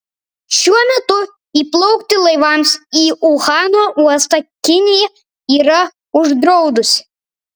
šiuo metu įplaukti laivams į uhano uostą kinija yra uždraudusi